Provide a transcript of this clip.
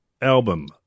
album